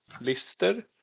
lister